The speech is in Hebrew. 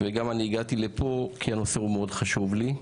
אני הגעתי לפה גם כי הנושא חשוב לי מאוד,